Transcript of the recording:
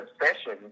obsession